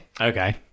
Okay